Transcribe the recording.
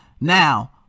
now